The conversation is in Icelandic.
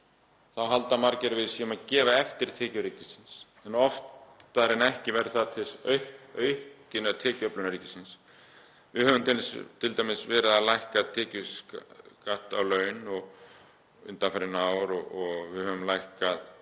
þá halda margir að við séum að gefa eftir tekjur ríkisins. En oftar en ekki verður það til aukinnar tekjuöflunar ríkisins. Við höfum t.d. verið að lækka tekjuskatt á laun undanfarin ár og við höfum lækkað